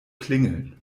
klingeln